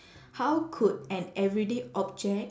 how could an everyday object